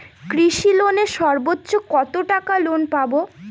কৃষি লোনে সর্বোচ্চ কত টাকা লোন পাবো?